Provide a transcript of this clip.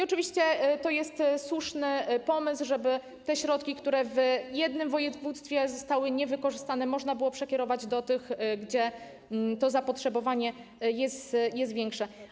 Oczywiście, to jest słuszny pomysł, żeby te środki, które w jednym województwie pozostały niewykorzystane, można było przekierować do tych, w których to zapotrzebowanie jest większe.